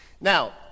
Now